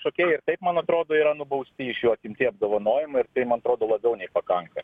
šokėjai ir taip man atrodo yra nubausti iš jų atimti apdovanojimai ir tai man atrodo labiau nei pakanka